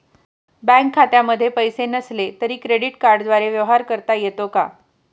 Bank खात्यामध्ये पैसे नसले तरी क्रेडिट कार्डद्वारे व्यवहार करता येतो का?